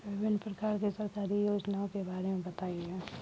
विभिन्न प्रकार की सरकारी योजनाओं के बारे में बताइए?